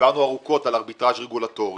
דיברנו ארוכות על ארביטראז' רגולטורי.